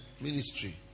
ministry